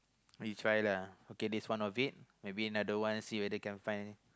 you try lah okay this one of it maybe another one see whether can find